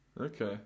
Okay